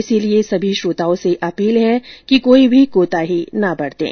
इसलिए समी श्रोताओं से अपील है कि कोई भी कोताही न बरतें